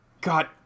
God